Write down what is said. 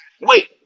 wait